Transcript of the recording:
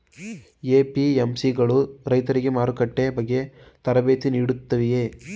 APMC ಗಳು ರೈತರಿಗೆ ಮಾರುಕಟ್ಟೆ ಬಗ್ಗೆ ತರಬೇತಿ ನೀಡುತ್ತವೆಯೇ?